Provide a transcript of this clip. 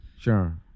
Sure